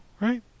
Right